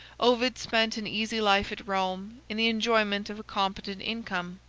ovid spent an easy life at rome in the enjoyment of a competent income.